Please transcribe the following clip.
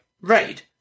raid